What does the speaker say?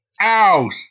Ouch